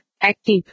Active